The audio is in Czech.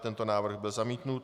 Tento návrh byl zamítnut.